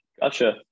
Gotcha